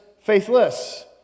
faithless